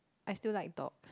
I still like dog